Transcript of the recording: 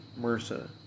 MRSA